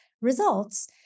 results